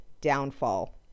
downfall